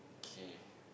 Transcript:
okay